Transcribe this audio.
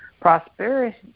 prosperity